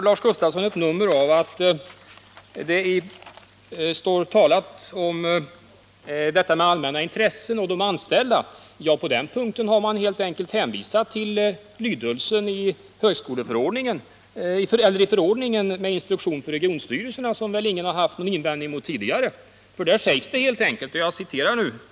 Lars Gustafsson gör ett nummer av att det står talat om detta med allmänna intressen och de anställda. På den punkten har man helt enkelt hänvisat till förordningen med instruktion för regionstyrelserna. som väl ingen har haft någon invändning mot tidigare.